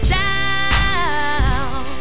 down